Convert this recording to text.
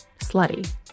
slutty